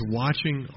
watching